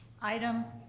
item